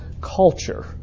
culture